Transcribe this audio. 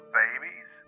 babies